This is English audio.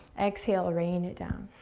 exhale, rain it down.